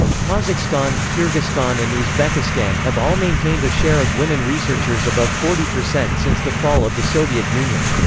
kazakhstan, kyrgyzstan and uzbekistan have all maintained a share of women researchers above forty percent since the fall of the soviet union.